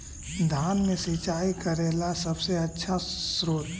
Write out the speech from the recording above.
धान मे सिंचाई करे ला सबसे आछा स्त्रोत्र?